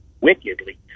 wickedly